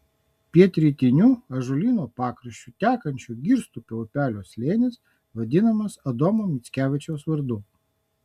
pietrytiniu ąžuolyno pakraščiu tekančio girstupio upelio slėnis vadinamas adomo mickevičiaus vardu